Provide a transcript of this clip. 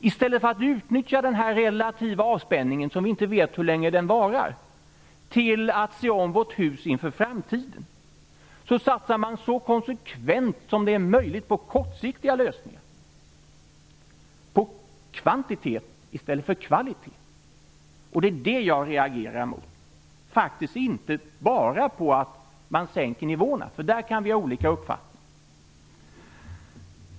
I stället för att utnyttja denna relativa avspänning - vi vet inte hur länge den varar - till att se om sitt hus inför framtiden satsar man så konsekvent som möjligt på kortsiktiga lösningar, på kvantitet i stället för kvalitet. Det är det som jag reagerar mot, faktiskt inte bara mot att man sänker nivåerna - för om dem kan vi ha olika uppfattningar.